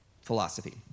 philosophy